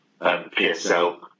PSL